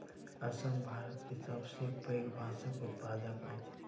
असम भारत के सबसे पैघ बांसक उत्पादक अछि